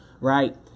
Right